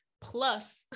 plus